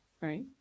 right